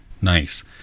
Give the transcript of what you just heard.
nice